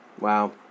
Wow